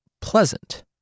pleasant